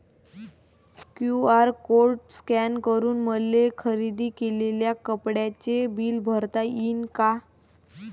QR code scan करून मले खरेदी केलेल्या कापडाचे बिल भरता यीन का?